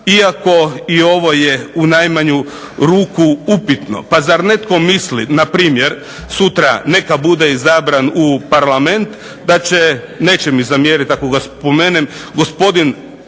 iako i ovo je u najmanju ruku upitno. Pa zar netko misli npr. sutra neka bude izabran u Parlament da će neće mi zamjeriti ako ga spomenem gospodin